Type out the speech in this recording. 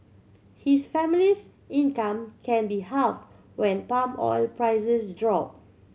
his family's income can be halve when palm oil prices drop